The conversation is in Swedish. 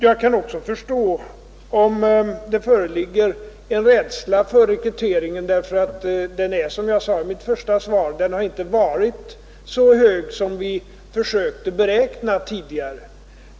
Jag kan också förstå om det finns farhågor för rekryteringen, ty som jag sade i interpellationssvaret har den inte varit så god som vi tidigare räknade med.